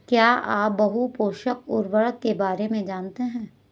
क्या आप बहुपोषक उर्वरक के बारे में जानते हैं?